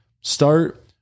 start